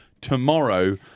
tomorrow